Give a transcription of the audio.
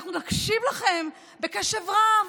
ואנחנו נקשיב לכם בקשב רב,